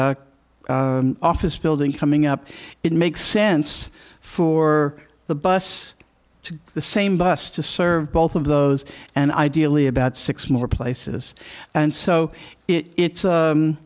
a office building coming up it makes sense for the bus to the same bus to serve both of those and ideally about six more places and so it